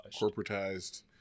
corporatized